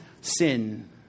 sin